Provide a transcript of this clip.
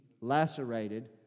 lacerated